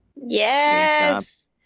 yes